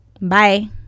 Bye